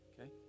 Okay